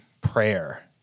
prayer